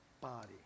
body